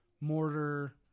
mortar